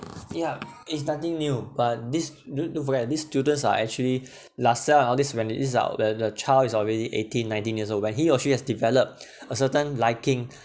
yeah it's nothing new but this don't don't forget these students are actually lasalle all these when these are when the child is already eighteen nineteen years old when he or she has developed a certain liking